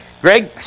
Greg